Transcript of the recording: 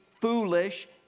foolish